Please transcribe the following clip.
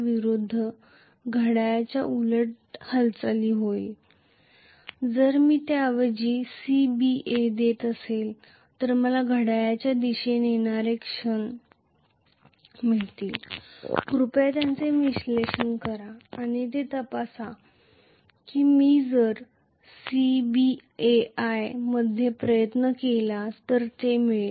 विरुद्ध घड्याळाच्या उलट हालचाल होईल जर मी त्याऐवजी C B A देत असेल तर मला घड्याळाच्या दिशेने येणारा क्षण मिळेल कृपया त्याचे विश्लेषण करा आणि ते तपासा की मी जर C B A मध्ये प्रयत्न केला तर ते मिळेल